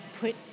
put